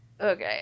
Okay